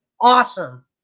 awesome